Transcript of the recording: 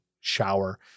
shower